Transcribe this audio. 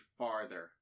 farther